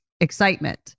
excitement